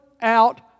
out